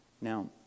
Now